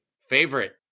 favorite